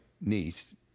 niece